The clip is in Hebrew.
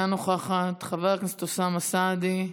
אינה נוכחת, חבר הכנסת אוסאמה סעדי,